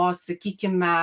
o sakykime